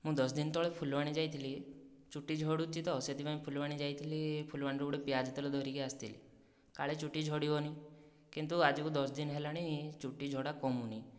ମୁଁ ଦଶଦିନ ତଳେ ଫୁଲବାଣୀ ଯାଇଥିଲି ଚୁଟି ଝଡ଼ୁଛି ତ ସେଥିପାଇଁ ଫୁଲବାଣୀ ଯାଇଥିଲି ଫୁଲବାଣୀରୁ ଗୋଟିଏ ପିଆଜ ତେଲ ଧରିକି ଆସିଥିଲି କାଳେ ଚୁଟି ଝଡ଼ିବନି କିନ୍ତୁ ଆଜିକୁ ଦଶ ଦିନ ହେଲାଣି ଚୁଟି ଝଡ଼ା କମୁନି